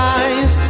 eyes